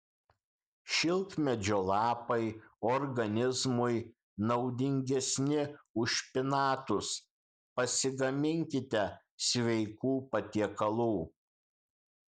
šilkmedžio lapai organizmui naudingesni už špinatus pasigaminkite sveikų patiekalų